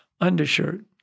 undershirt